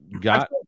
got